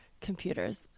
computers